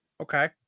Okay